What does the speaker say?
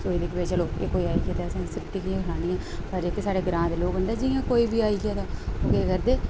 कोई दिखदे चलो जे कोई आई गेआ तां असें रुट्टी कि'यां खलानी ऐ मगर जेह्के साढ़े ग्रांऽ दे लोक होंदे जि'यां कोई बी आई जा तां केह् करदे